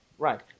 Right